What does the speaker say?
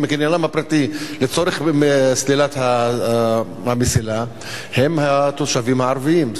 מקניינם הפרטי לצורך סלילת המסילה הם התושבים הערבים.